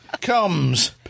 Comes